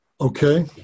Okay